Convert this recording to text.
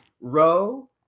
row